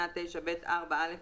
תודה, אדוני היושב-ראש, בסעיף (2)